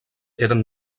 eren